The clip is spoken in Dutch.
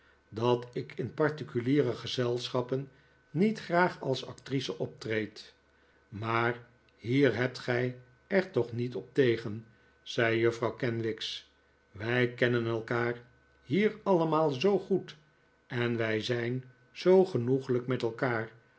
dat ik in particuliere gezelschappen niet graag als actrice optreed maar hier hebt gij er toch niet op tegen zei juffrouw kenwigs wij kennen elkaar hier allemaal zoo goed en wij zijn zoo genoeglijk met elkaar